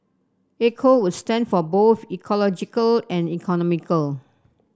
eco would stand for both ecological and economical